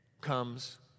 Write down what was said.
comes